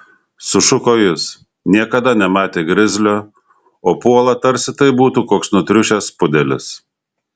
sušuko jis niekada nematė grizlio o puola tarsi tai būtų koks nutriušęs pudelis